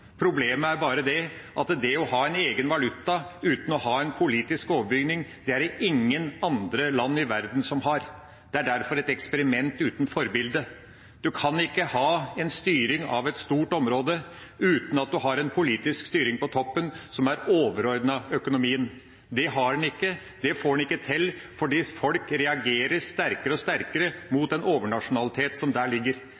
Problemet er bare at det å ha en egen valuta uten å ha en politisk overbygning, er det ingen andre land i verden som har. Det er derfor et eksperiment uten forbilde. En kan ikke ha en styring av et stort område uten å ha en politisk styring på toppen som er overordnet økonomien. Det har en ikke. Det får en ikke til fordi folk reagerer sterkere og sterkere